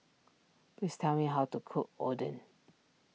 please tell me how to cook Oden